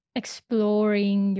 exploring